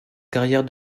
carrière